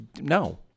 no